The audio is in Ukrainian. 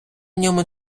ньому